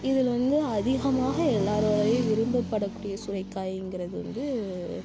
இதில் வந்து அதிகமாக எல்லோராலயும் விரும்ப படக்கூடிய சுரைக்காயிங்கிறது வந்து